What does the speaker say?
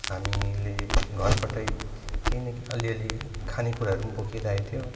हामीले घरबाटै केही न केही अलिअलि खानेकुराहरू पनि बोकिरहेको थियो